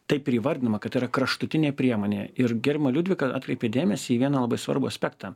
taip ir įvardinama kad yra kraštutinė priemonė ir gerbiama liudvika atkreipė dėmesį į vieną labai svarbų aspektą